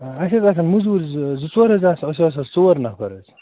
آ اَسہِ حظ آسَن موٚزوٗر زٕ زٕ ژور حظ آسو أسۍ حظ آسو ژور نَفَر حظ